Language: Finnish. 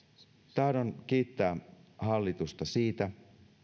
tahdon kiittää hallitusta siitä